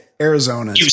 Arizona